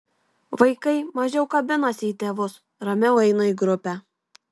vaikai mažiau kabinasi į tėvus ramiau eina į grupę